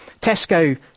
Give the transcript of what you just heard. tesco